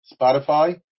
Spotify